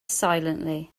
silently